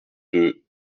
deux